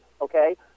okay